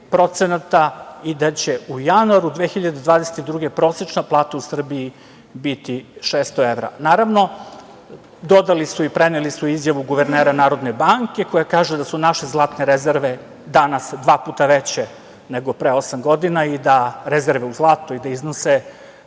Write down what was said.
4,54% i da će u januaru 2022. godine prosečna plata u Srbiji biti 600 evra. Naravno, dodali su i preneli su izjavu guvernera Narodne banke, koja kaže da su naše zlatne rezerve danas dva puta veće nego pre osam godina, rezerve u zlatu, i da iznose